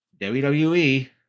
WWE